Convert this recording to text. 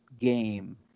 game